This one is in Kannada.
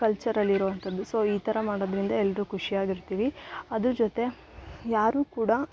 ಕಲ್ಚರಲ್ ಇರುವಂಥದ್ದು ಸೊ ಈ ಥರ ಮಾಡೋದರಿಂದ ಎಲ್ಲರು ಖುಷಿಯಾಗ್ ಇರ್ತಿವಿ ಅದ್ರ ಜೊತೆ ಯಾರು ಕೂಡ